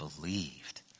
believed